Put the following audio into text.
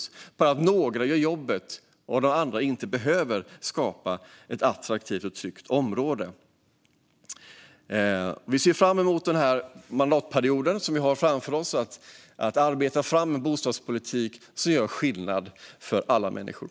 Det får inte vara så att några gör jobbet och de andra inte behöver vara med och skapa ett attraktivt och tryggt område. Vi ser fram emot den mandatperiod vi har framför oss. Vi ska arbeta fram bostadspolitik som gör skillnad för alla människor.